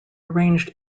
arranged